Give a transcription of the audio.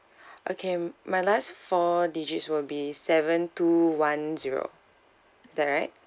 okay my last four digits will be seven two one zero is that right